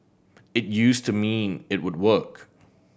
it used to mean it would work